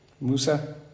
Musa